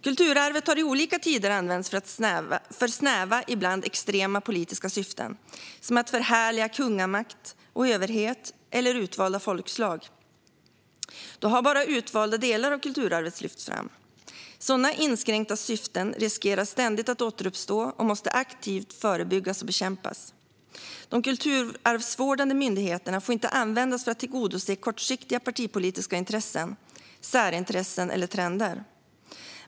Kulturarvet har i olika tider använts för snäva, ibland extrema, politiska syften, som att förhärliga kungamakt och överhet eller utvalda folkslag. Då har bara utvalda delar av kulturarvet lyfts fram. Sådana inskränkta syften riskerar ständigt att återuppstå och måste aktivt förebyggas och bekämpas. De kulturarvsvårdande myndigheterna får inte användas för att tillgodose kortsiktiga partipolitiska intressen, särintressen eller trender.